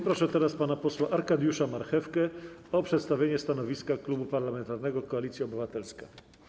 Proszę teraz pana posła Arkadiusza Marchewkę o przedstawienie stanowiska Klubu Parlamentarnego Koalicja Obywatelska.